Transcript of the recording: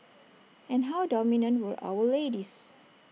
and how dominant were our ladies